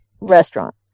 restaurant